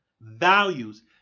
values